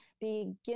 begin